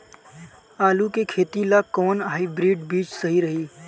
आलू के खेती ला कोवन हाइब्रिड बीज सही रही?